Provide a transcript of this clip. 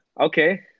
okay